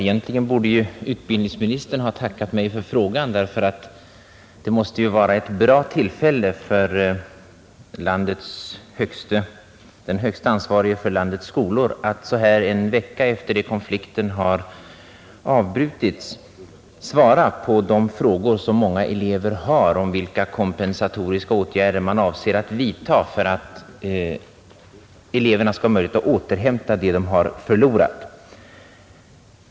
Egentligen borde ju utbildningsministern ha tackat mig för frågan, eftersom det måste vara ett bra tillfälle för den högste ansvarige för landets skolor att så här en vecka efter det att konflikten har avbrutits svara på de frågor som många elever ställer om vilka kompensatoriska åtgärder man avser att vidta för att eleverna skall ha möjlighet att återhämta det de har förlorat.